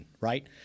right